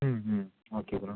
ம் ம் okay bro